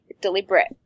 deliberate